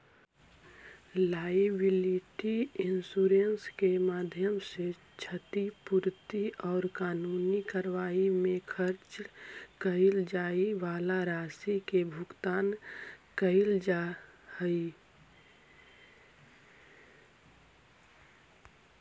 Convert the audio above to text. liability insurance के माध्यम से क्षतिपूर्ति औउर कानूनी कार्रवाई में खर्च कैइल जाए वाला राशि के भुगतान कैइल जा हई